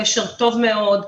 קשר טוב מאוד,